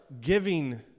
giving